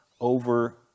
over